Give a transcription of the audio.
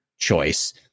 choice